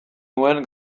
nuen